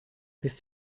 bist